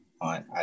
on